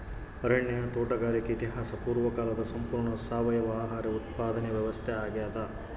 ಅರಣ್ಯ ತೋಟಗಾರಿಕೆ ಇತಿಹಾಸ ಪೂರ್ವಕಾಲದ ಸಂಪೂರ್ಣ ಸಾವಯವ ಆಹಾರ ಉತ್ಪಾದನೆ ವ್ಯವಸ್ಥಾ ಆಗ್ಯಾದ